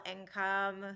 income